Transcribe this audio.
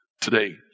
Today